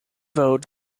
vote